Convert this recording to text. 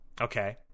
Okay